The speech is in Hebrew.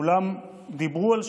כולם דיברו על שלום,